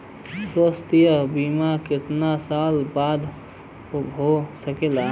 स्वास्थ्य बीमा कितना साल बदे हो सकेला?